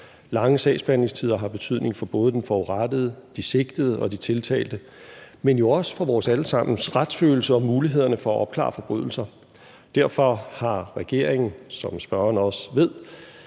Lange sagsbehandlingstider har betydning for både den forurettede, de sigtede og de tiltalte, men jo også for vores alle sammens retsfølelse og mulighederne for at opklare forbrydelser. Derfor har regeringen, som spørgeren også ved,